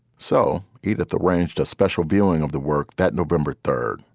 so edith arranged a special feeling of the work that november third,